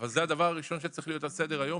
אבל זה הדבר הראשון שצריך להיות על סדר היום,